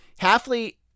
Halfley